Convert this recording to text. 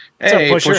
Hey